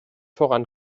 voran